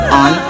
on